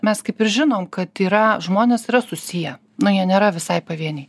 mes kaip ir žinom kad yra žmonės yra susiję na jie nėra visai pavieniai